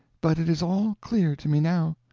but it is all clear to me now.